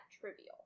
trivial